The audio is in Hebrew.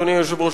אדוני היושב-ראש,